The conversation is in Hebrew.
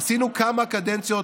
עשינו כמה קדנציות,